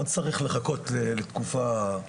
לא נצטרך לחכות לתקופה.